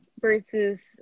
versus